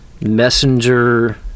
messenger